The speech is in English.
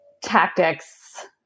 tactics